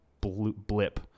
blip